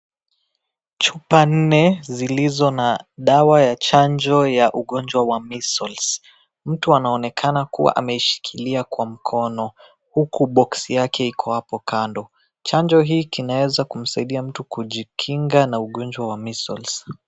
Chupa nne zilizo na dawa ya chanjo ya ugonjwa wa Measles. Mtu anaonekana kuwa ameishikilia kwa mkono, huku boksi yake iko hapo kando. Chanjo hii kinaweza kumsaidia mtu kujikinga na ugonjwa wa Measles.